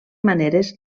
maneres